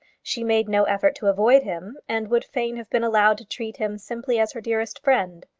she made no effort to avoid him, and would fain have been allowed to treat him simply as her dearest friend.